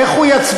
איך הוא יצביע?